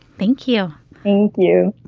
thank you thank you.